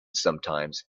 sometimes